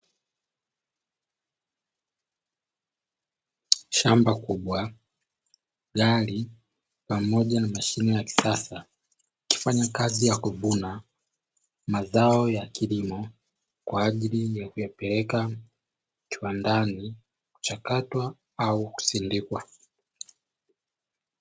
Shamba kubwa, gari pamoja na mashine ya kisasa, ikifanya kazi ya kuvuna mazao ya kilimo kwa ajili ya kuyapeleka kiwandani, kuchakatwa au kusindikwa.